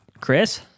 Chris